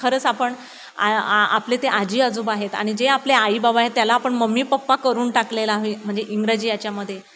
खरंच आपणच आ आ आपले ते आजी आजोबा आहेत आणि जे आपले आई बाबा आहेत त्याला आपण मम्मी पप्पा करून टाकलेला आहे म्हणजे इंग्रजी याच्यामध्ये